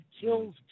kills